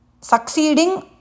succeeding